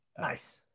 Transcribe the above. Nice